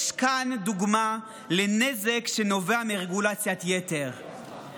יש כאן דוגמה לנזק שנובע מרגולציית יתר.